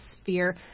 sphere